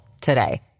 today